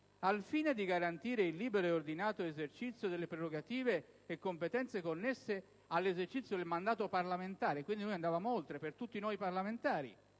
«Al fine di garantire il libero e ordinato esercizio delle prerogative e competenze connesse all'esercizio del mandato parlamentare» - quindi, andavamo oltre, per tutti noi parlamentari